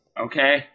Okay